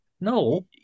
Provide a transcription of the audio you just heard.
no